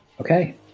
Okay